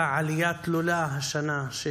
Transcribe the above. הייתה עלייה תלולה של